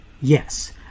yes